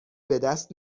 بدست